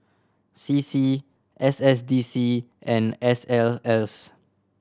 C C S S D C and S L S